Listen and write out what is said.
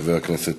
חבר הכנסת